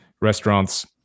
restaurants